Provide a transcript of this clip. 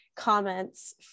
comments